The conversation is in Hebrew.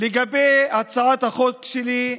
לגבי הצעת החוק שלי,